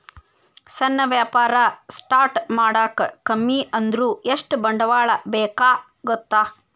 ಸಣ್ಣ ವ್ಯಾಪಾರ ಸ್ಟಾರ್ಟ್ ಮಾಡಾಕ ಕಮ್ಮಿ ಅಂದ್ರು ಎಷ್ಟ ಬಂಡವಾಳ ಬೇಕಾಗತ್ತಾ